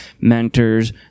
mentors